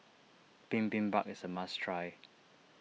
Bibimbap is a must try